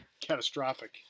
Catastrophic